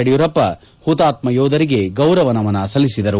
ಯಡಿಯೂರಪ್ಪ ಹುತಾತ್ಮ ಯೋಧರಿಗೆ ಗೌರವ ನಮನ ಸಲ್ಲಿಸಿದ್ದಾರೆ